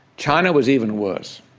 china was even worse.